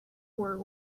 were